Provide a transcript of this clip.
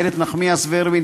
איילת נחמיאס ורבין,